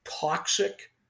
toxic